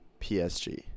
PSG